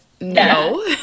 no